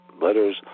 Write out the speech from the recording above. Letters